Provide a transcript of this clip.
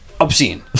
Obscene